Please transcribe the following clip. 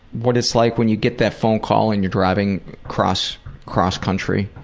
what it's like when you get that phone call and you're driving cross cross country?